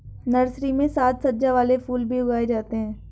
nursery में साज सज्जा वाले फूल भी उगाए जाते हैं